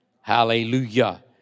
Hallelujah